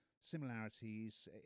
similarities